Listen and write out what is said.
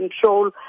control